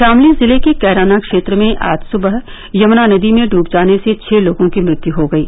शामली जिले के कैराना क्षेत्र में आज सुबह यमुना नदी में डूब जाने से छः लोगों की मृत्यु हो गयी